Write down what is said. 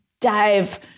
dive